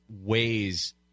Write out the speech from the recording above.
ways